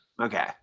okay